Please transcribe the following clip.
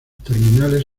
terminales